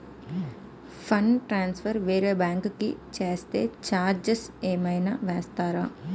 Fund transfer వేరే bank కి చేస్తే ఛార్జ్ ఏమైనా వేస్తారా?